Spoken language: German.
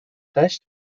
recht